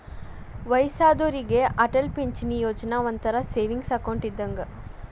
ವಯ್ಯಸ್ಸಾದೋರಿಗೆ ಅಟಲ್ ಪಿಂಚಣಿ ಯೋಜನಾ ಒಂಥರಾ ಸೇವಿಂಗ್ಸ್ ಅಕೌಂಟ್ ಇದ್ದಂಗ